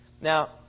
Now